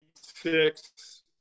six